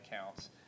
accounts